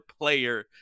player